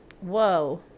Whoa